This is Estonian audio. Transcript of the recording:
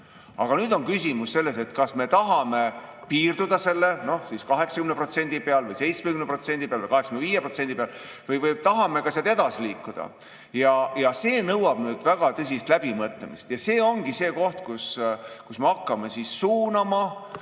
Aga nüüd on küsimus selles, kas me tahame piirduda selle 80%‑ga või 70%‑ga või 85%‑ga või tahame ka sealt edasi liikuda. Ja see nõuab väga tõsist läbimõtlemist. See ongi see koht, kus me hakkame suunama,